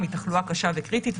מתחלואה קשה וקריטית,